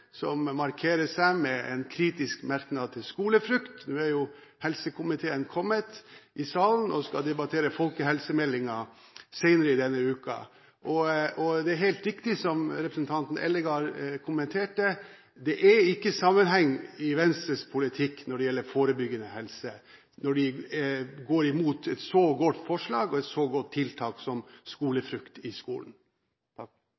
som markerer seg med en kritisk merknad til frukt i skolen – nå er jo helsekomiteen kommet til salen, og de skal debattere folkehelsemeldingen senere i denne uken. Det er helt riktig som representanten Eldegard kommenterte: Det er ikke sammenheng i Venstres politikk når det gjelder forebyggende helse, når de går imot et så godt forslag og et så godt tiltak som